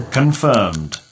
confirmed